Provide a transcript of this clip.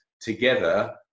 together